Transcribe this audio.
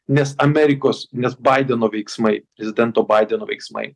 nes amerikos nes baideno veiksmai prezidento baideno veiksmai